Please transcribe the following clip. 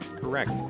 Correct